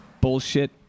bullshit